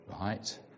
Right